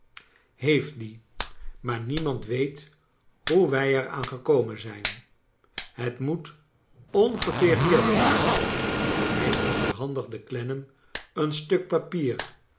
heeft die maar niemand weet hoe wij er aan gekomen zijn het nioet ongeveer hier wezen hij overhandigde clennam een stuk papier